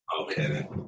Okay